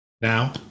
Now